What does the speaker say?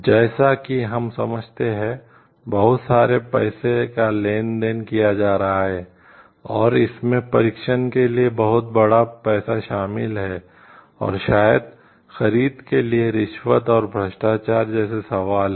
जैसा कि हम समझते हैं बहुत सारे पैसे का लेन देन किया जा रहा है और इसमें परीक्षण के लिए बहुत बड़ा पैसा शामिल है और शायद खरीद के लिए रिश्वत और भ्रष्टाचार जैसे सवाल हैं